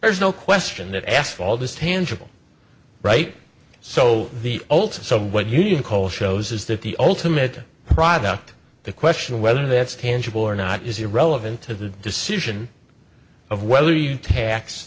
there is no question that asphalt is tangible right so the old saw what you call shows is that the ultimate product the question of whether that's tangible or not is irrelevant to the decision of whether you tax